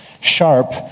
sharp